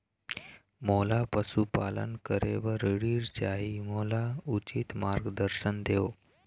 मोला पशुपालन करे बर ऋण चाही, मोला उचित मार्गदर्शन देव?